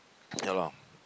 ya lor